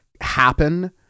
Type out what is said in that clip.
happen